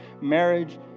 marriage